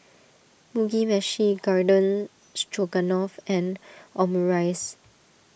Mugi Meshi Garden Stroganoff and Omurice